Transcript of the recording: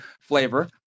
flavor